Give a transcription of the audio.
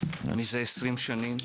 מזה 20 שנים.